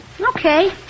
Okay